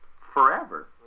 forever